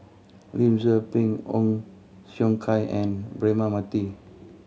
Lim Tze Peng Ong Siong Kai and Braema Mathi